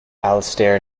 alistair